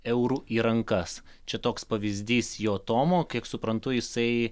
eurų į rankas čia toks pavyzdys jo tomo kiek suprantu jisai